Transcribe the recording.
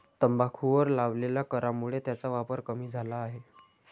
तंबाखूवर लावलेल्या करामुळे त्याचा वापर कमी झाला आहे